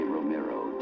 Romero